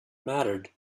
mattered